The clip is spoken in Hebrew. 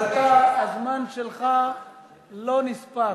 אז אתה, הזמן שלך לא נספר.